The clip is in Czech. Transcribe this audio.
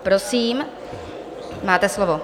Prosím, máte slovo.